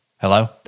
Hello